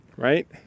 Right